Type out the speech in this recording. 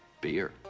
beer